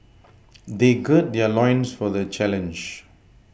they gird their loins for the challenge